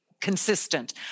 consistent